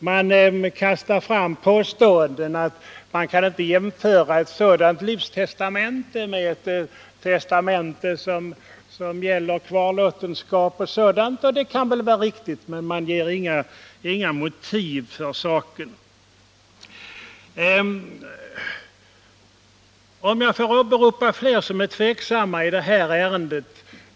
Man kastar fram påståendet att ett sådant livstestamente inte kan jämföras med ett testamente som gäller kvarlåtenskap. Det kan kanske vara riktigt, men man anger inte några motiv. Låt mig åberopa fler som är tveksamma i det här ärendet.